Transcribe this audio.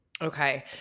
Okay